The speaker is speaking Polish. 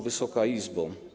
Wysoka Izbo!